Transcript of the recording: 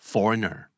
Foreigner